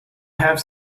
have